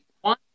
One